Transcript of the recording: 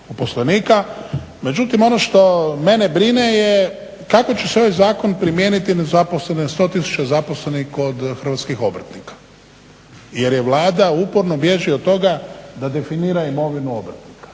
Međutim, ono što mene brine je kako će se ovaj zakon primijeniti na zaposlene, 100000 zaposlenih kod hrvatskih obrtnika. Jer je Vlada, uporno bježi od toga da definira imovinu obrtnika.